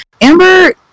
Amber